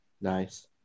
Nice